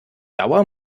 dauer